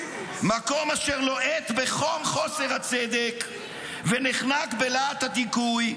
מקום אשר לוהט בחום חוסר הצדק ונחנק בלהט הדיכוי,